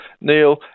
Neil